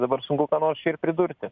dabar sunku ką nors pridurti